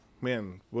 man